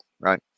right